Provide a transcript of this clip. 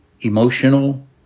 emotional